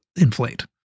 inflate